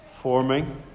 forming